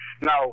Now